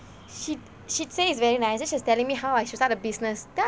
she she say it's very nice then she's telling me how I should start a business